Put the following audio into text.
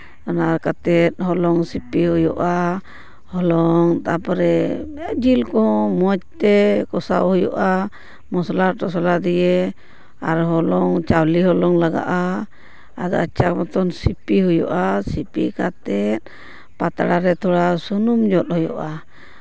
ᱚᱱᱟ ᱠᱟᱛᱮᱫ ᱦᱚᱞᱚᱝ ᱥᱤᱯᱤ ᱦᱩᱭᱩᱜᱼᱟ ᱦᱚᱞᱚᱝ ᱛᱟᱨᱯᱚᱨᱮ ᱡᱤᱞ ᱠᱚ ᱢᱚᱸᱡᱽᱛᱮ ᱠᱚᱥᱟᱣ ᱦᱩᱭᱩᱜᱼᱟ ᱢᱚᱥᱞᱟ ᱴᱚᱥᱞᱟ ᱫᱤᱭᱮ ᱟᱨ ᱦᱚᱞᱚᱝ ᱪᱟᱣᱞᱮ ᱦᱚᱞᱚᱝ ᱞᱟᱜᱟᱜᱼᱟ ᱟᱫᱚ ᱟᱪᱪᱷᱟ ᱢᱚᱛᱚᱱ ᱥᱤᱯᱤ ᱦᱩᱭᱩᱜᱼᱟ ᱥᱤᱯᱤ ᱠᱟᱛᱮᱫ ᱯᱟᱛᱲᱟ ᱨᱮ ᱛᱷᱚᱲᱟ ᱥᱩᱱᱩᱢ ᱡᱚᱫ ᱦᱩᱭᱩᱜᱼᱟ